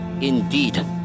indeed